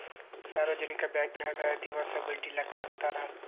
ಸಾರ್ವಜನಿಕ ಬಾಂಕನ್ಯಾಗ ದಿವಸ ಬಡ್ಡಿ ಲೆಕ್ಕಾ ಹಾಕ್ತಾರಾ